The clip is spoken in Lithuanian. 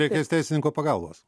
reikės teisininko pagalbos